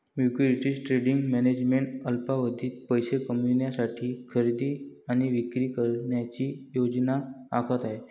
securities trading management अल्पावधीत पैसे कमविण्यासाठी खरेदी आणि विक्री करण्याची योजना आखत आहे